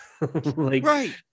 Right